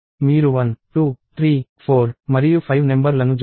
మరియు రిజల్ట్ 15 అవుతుంది